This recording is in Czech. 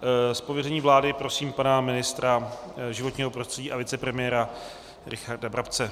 Z pověření vlády prosím pana ministra životního prostředí a vicepremiéra Richarda Brabce.